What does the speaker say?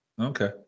Okay